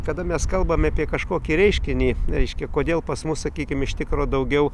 kada mes kalbame apie kažkokį reiškinį reiškia kodėl pas mus sakykim iš tikro daugiau